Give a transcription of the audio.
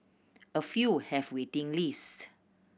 a few have waiting lists